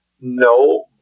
No